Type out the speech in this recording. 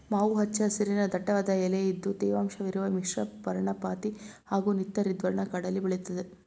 ಮಾವು ಹಚ್ಚ ಹಸಿರಿನ ದಟ್ಟವಾದ ಎಲೆಇದ್ದು ತೇವಾಂಶವಿರುವ ಮಿಶ್ರಪರ್ಣಪಾತಿ ಹಾಗೂ ನಿತ್ಯಹರಿದ್ವರ್ಣ ಕಾಡಲ್ಲಿ ಬೆಳೆತದೆ